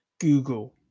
Google